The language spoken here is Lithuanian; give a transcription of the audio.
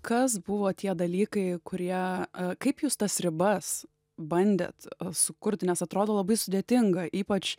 kas buvo tie dalykai kurie kaip jūs tas ribas bandėt sukurti nes atrodo labai sudėtinga ypač